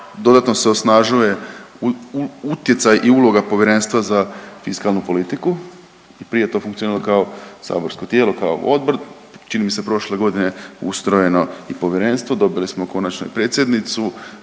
Dodatno se osnažuje utjecaj i uloga Povjerenstva za fiskalnu politiku i prije je to funkcioniralo kao saborsko tijelo, kao odbor, čini mi se prošle godine ustrojeno i povjerenstvo, dobili smo konačno i predsjednicu